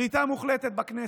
שליטה מוחלטת בכנסת,